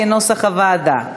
כנוסח הוועדה.